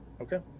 okay